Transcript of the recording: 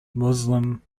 muslim